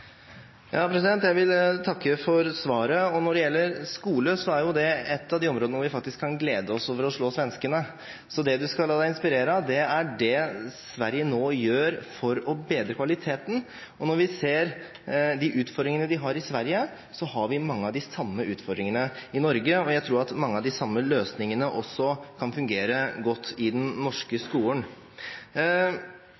Jeg vil takke for svaret. Når det gjelder skole, er jo det ett av de områdene hvor vi faktisk kan glede oss over å slå svenskene. Så det statsråden skal la seg inspirere av, er det Sverige nå gjør for å bedre kvaliteten. Vi ser de utfordringene de har i Sverige, og vi har mange av de samme utfordringene i Norge, og jeg tror at mange av de samme løsningene også kan fungere godt i den norske